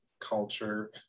culture